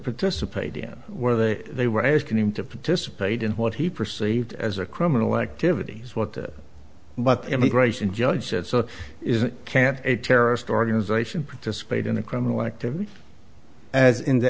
participate in were they they were asking him to participate in what he perceived as a criminal activity is what but immigration judge said so is can't a terrorist organization participate in a criminal activity as in the